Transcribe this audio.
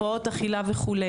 הפרעות אכילה וכו',